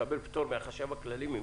לקבל פטור ממכרז מהחשב הכללי?